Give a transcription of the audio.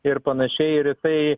ir panašiai ir jisai